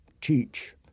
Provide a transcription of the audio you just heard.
teach